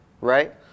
right